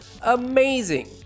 Amazing